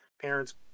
parents